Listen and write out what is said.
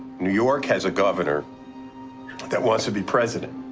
new york has a governor that wants to be president.